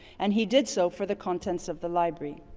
and he did so for the contents of the library.